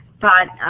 but,